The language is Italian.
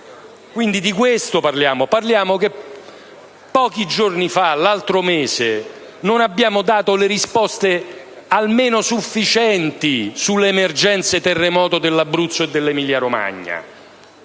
Paese. Di questo parliamo. Pochi giorni fa, il mese scorso, non abbiamo dato le risposte almeno sufficienti alle emergenze terremoto dell'Abruzzo e dell'Emilia Romagna.